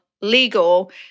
legal